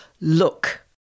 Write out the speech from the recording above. look